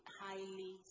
highly